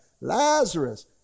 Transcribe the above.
Lazarus